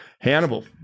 Hannibal